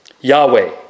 Yahweh